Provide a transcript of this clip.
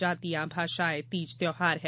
जातियाँ भाषाएँ तीज त्यौहार हैं